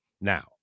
Now